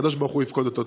הקדוש ברוך הוא יפקוד אותו.